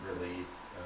release